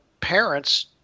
parents